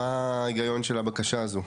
מה ההיגיון של הבקשה הזאת?